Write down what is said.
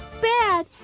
bad